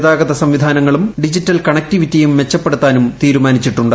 ഗതാഗത സംവിധാനങ്ങളും ഡിജിറ്റൽ കണക്റ്റിവിറ്റിയും മെച്ചപ്പെടുത്താനും തീരുമാനമായിട്ടുണ്ട്